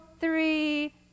three